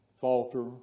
falter